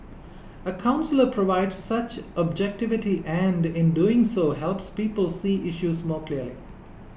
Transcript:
a counsellor provides such objectivity and in doing so helps people see issues more clearly